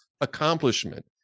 accomplishment